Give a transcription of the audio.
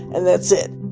and that's it